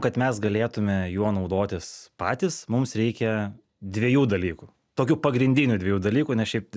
kad mes galėtume juo naudotis patys mums reikia dviejų dalykų tokių pagrindinių dviejų dalykų nes šiaip